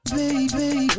Baby